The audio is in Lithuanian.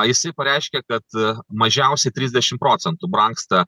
jisai pareiškė kad mažiausiai trisdešim procentų brangsta